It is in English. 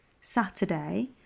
Saturday